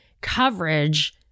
coverage